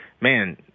man